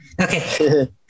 Okay